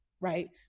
right